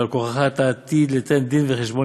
ועל כורחך אתה עתיד לתן דין וחשבון